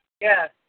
Yes